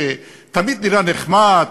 שתמיד נראה נחמד,